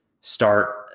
start